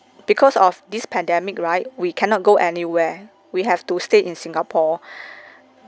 because of this pandemic right we cannot go anywhere we have to stay in singapore